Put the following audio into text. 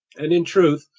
and in truth,